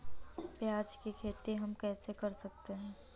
प्याज की खेती हम कैसे कर सकते हैं?